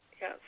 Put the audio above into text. Yes